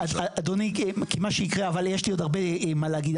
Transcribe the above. אבל יש לי עוד הרבה מה להגיד.